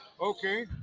Okay